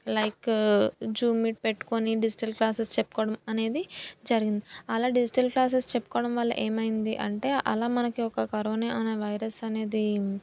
like Zoom meet పెట్టుకొని digital classes చెప్పుకోవడం అనేది జరిగింది అలా డిజిటల్ క్లాసెస్ చెప్పుకోవడం వల్ల ఏమైంది అంటే అలా మనకి ఒక కరోనా అనే వైరస్ అనేది